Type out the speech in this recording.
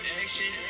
action